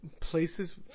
places